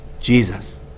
Jesus